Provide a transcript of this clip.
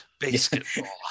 Basketball